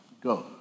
go